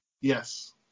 Yes